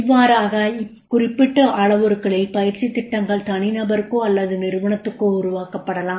இவ்வாறாக இந்த குறிப்பிட்ட அளவுருக்களில் பயிற்சி திட்டங்கள் தனிநபருக்கோ அல்லது நிறுவனத்துக்கோ உருவாக்கப்படலாம்